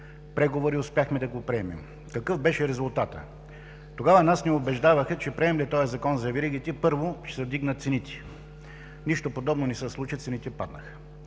преговори успяхме да го приемем. Какъв беше резултатът? Тогава нас ни убеждаваха, че приемем ли Закона за веригите, първо ще се вдигнат цените. Нищо подобно не се случи, цените паднаха.